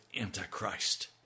Antichrist